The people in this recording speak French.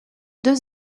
deux